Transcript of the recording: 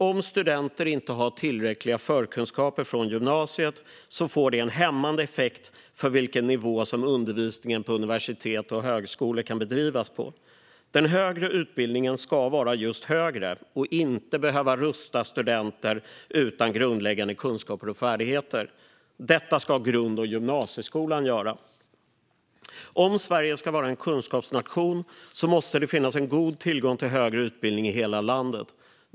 Om studenter inte har tillräckliga förkunskaper från gymnasiet får det en hämmande effekt när det gäller vilken nivå som undervisningen på universitet och högskolor kan bedrivas på. Den högre utbildningen ska vara just högre och inte behöva rusta studenter utan grundläggande kunskaper och färdigheter. Detta ska grund och gymnasieskolan göra. Om Sverige ska vara en kunskapsnation måste det finns en god tillgång till högre utbildning i hela landet.